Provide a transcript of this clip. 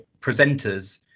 presenter's